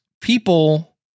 people